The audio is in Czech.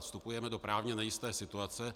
Vstupujeme do právně nejisté situace.